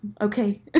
Okay